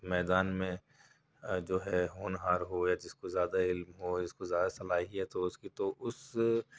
میدان میں جو ہے ہونہار ہو یا جس کو زیادہ علم ہو جس کو زیادہ صلاحیت ہو اُس کی تو اُس